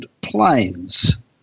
planes